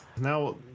Now